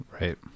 Right